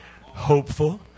hopeful